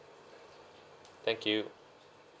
thank you